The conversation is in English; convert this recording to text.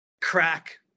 crack